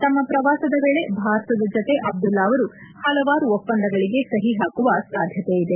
ತಮ್ಮ ಪ್ರವಾಸದ ವೇಳೆ ಭಾರತದ ಜತೆ ಅಬ್ದುಲ್ಲಾ ಅವರು ಹಲವಾರು ಒಪ್ಪಂದಗಳಿಗೆ ಸಹಿ ಹಾಕುವ ಸಾಧ್ಯತೆ ಇದೆ